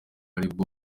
aribwo